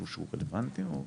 אצלנו.